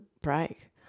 break